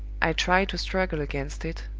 i try to struggle against it,